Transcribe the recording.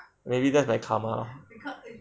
maybe that's my karma